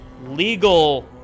legal